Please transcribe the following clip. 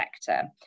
sector